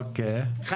אחד,